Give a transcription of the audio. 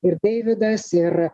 ir deividas ir